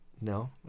No